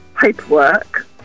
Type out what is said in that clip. paperwork